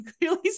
clearly